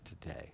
today